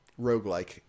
roguelike